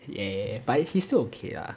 ya but he's still okay lah